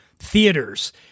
Theaters